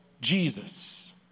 Jesus